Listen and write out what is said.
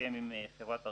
הסכם עם חברת ארקיע.